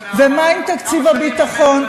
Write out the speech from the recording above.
כמה שנים, ומה עם תקציב הביטחון?